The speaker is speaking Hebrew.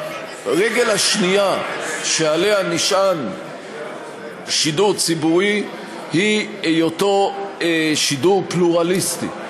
הרגל השנייה שעליה נשען שידור ציבורי היא היותו שידור פלורליסטי,